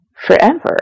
forever